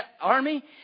army